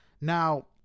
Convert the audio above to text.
Now